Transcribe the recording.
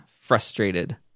frustrated